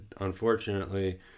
unfortunately